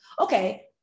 Okay